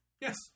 Yes